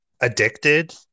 addicted